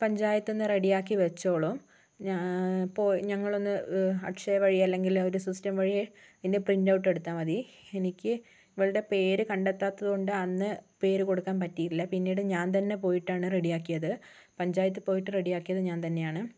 പഞ്ചായത്തിൽ നിന്ന് റെഡിയാക്കി വച്ചോളും ഞാൻ പോയി ഞങ്ങളൊന്ന് അക്ഷയ വഴി അല്ലെങ്കിൽ ഒരു സിസ്റ്റം വഴി അതിൻ്റെ പ്രിൻ്റ് ഔട്ട് എടുത്താൽ മതി എനിക്ക് ഇവളുടെ പേര് കണ്ടെത്താത്തതുകൊണ്ട് അന്ന് പേരു കൊടുക്കാൻ പറ്റിയില്ല പിന്നീട് ഞാൻ തന്നെ പോയിട്ടാണ് റെഡിയാക്കിയത് പഞ്ചായത്തിൽ പോയിട്ട് റെഡിയാക്കിയത് ഞാൻ തന്നെയാണ്